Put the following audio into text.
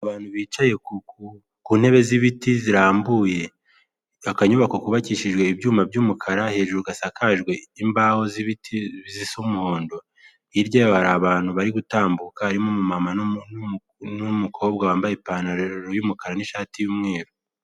Abantu bicaye ku ntebe z'ibiti zirambuye, akanyubako kubabakishijwe ibyuma by'umukara hejuru gasakajwe imbaho z'ibiti zisa umuhondo ,hiryaba abantu bari gutambuka harimo mama n'umukobwa wambaye ipantaro hejuru y'umukara n'ishati y'umweru.